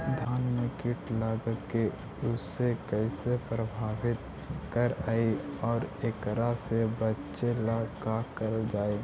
धान में कीट लगके उसे कैसे प्रभावित कर हई और एकरा से बचेला का करल जाए?